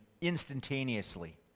instantaneously